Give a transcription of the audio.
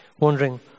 wondering